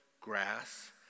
grass